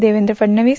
Devendra Fadnavis